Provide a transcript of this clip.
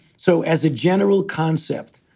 so as a general concept,